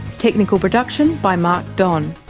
technical production by mark don.